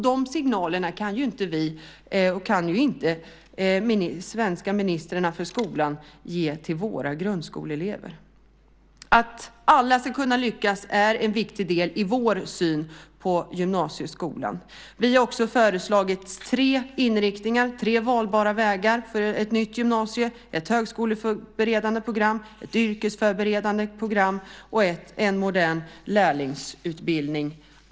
De signalerna kan inte vi och svenska ministrarna för skolan ge till våra grundskoleelever. Att alla ska kunna lyckas är en viktig del i vår syn på gymnasieskolan. Vi har också föreslagit tre inriktningar, tre valbara vägar, för ett nytt gymnasium. Det är ett högskoleförberedande program, ett yrkesförberedande program och en modern lärlingsutbildning.